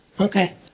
Okay